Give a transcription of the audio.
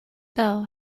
bell